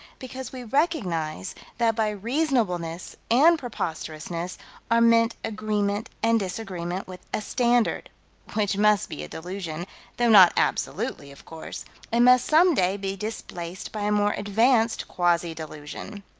because we recognize that by reasonableness and preposterousness are meant agreement and disagreement with a standard which must be a delusion though not absolutely, of course and must some day be displaced by a more advanced quasi-delusion.